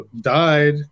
died